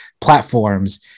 platforms